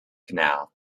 canal